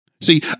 See